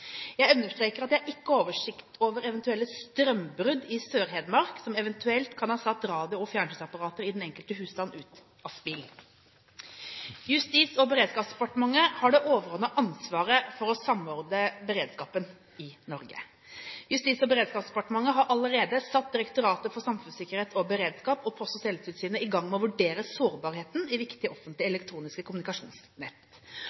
Jeg understreker at jeg ikke har oversikt over eventuelle strømbrudd i Sør-Hedmark som eventuelt kan ha satt radio- og fjernsynsapparatene i den enkelte husstand ut av spill. Justis- og beredskapsdepartementet har det overordnede ansvaret for å samordne beredskapen i Norge. Justis- og beredskapsdepartementet har allerede satt Direktoratet for samfunnssikkerhet og beredskap – DSB – og Post- og teletilsynet i gang med å vurdere sårbarheten i viktige offentlige